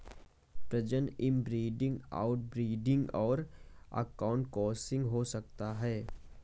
प्रजनन inbreeding, outbreeding और outcrossing हो सकता है